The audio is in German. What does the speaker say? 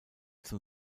zum